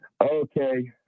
Okay